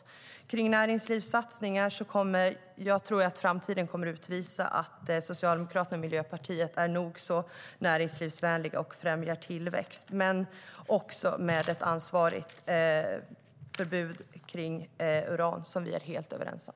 När det gäller näringslivssatsningar tror jag att framtiden kommer att utvisa att Socialdemokraterna och Miljöpartiet är nog så näringslivsvänliga och främjar tillväxt, också med ett ansvarsfullt förbud mot uran, som vi är helt överens om.